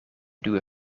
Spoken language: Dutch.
nieuwe